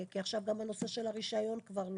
כי עכשיו גם בנושא של הרישיון כבר אסור.